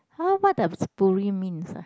!huh! what does means ah